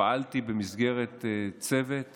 פעלתי במסגרת צוות